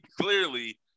clearly